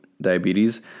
diabetes